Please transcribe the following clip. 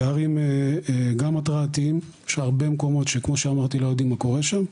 פערים גם התראתיים - שהרבה מקומות כמו שאמרתי לא יודעים מה קורה שם.